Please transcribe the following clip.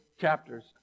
chapters